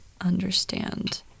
understand